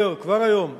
מאפשר, כבר היום,